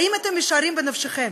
האם אתם משערים בנפשכם,